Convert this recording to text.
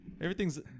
Everything's